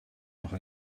noch